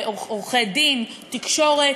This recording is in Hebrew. עורכי-דין, תקשורת.